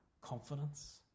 confidence